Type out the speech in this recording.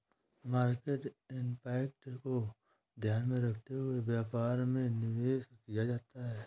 market impact को ध्यान में रखते हुए व्यापार में निवेश किया जाता है